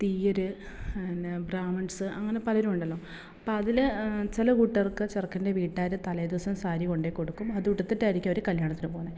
തീയ്യർ പിന്നെ ബ്രാഹ്മൺസ് അങ്ങനെ പലരും ഉണ്ടല്ലോ അപ്പം അതിൽ ചില കൂട്ടർക്ക് ചെറുക്കൻ്റെ വീട്ടുകാർ തലേദിവസം സാരി കൊണ്ടു കൊടുക്കും അത് ഉടുത്തിട്ടായിരിക്കും അവർ കല്യാണത്തിന് പോണേ